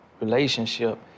relationship